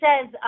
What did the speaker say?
says